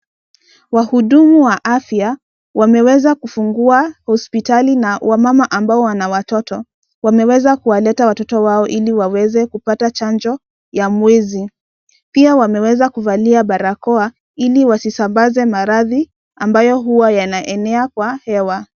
Wahudumu wa afya, wameweza kufungua hospitali, na wamama ambao wana watoto, wameweza kuwaleta watoto wao ili waweze kupata chanjo, ya mwezi, pia wameweza kuvalia barakoa ili wasisambaze maradhi, ambayo huwa yanaenea kwa hewa.